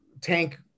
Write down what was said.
Tank